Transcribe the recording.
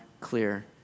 clear